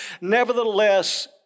Nevertheless